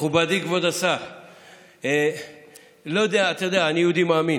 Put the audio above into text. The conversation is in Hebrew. מכובדי כבוד השר, אתה יודע, אני יהודי מאמין,